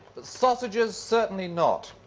but sausages, certainly not.